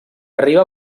arriba